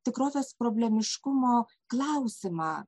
tikrosios problemiškumo klausimą